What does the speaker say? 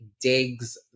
digs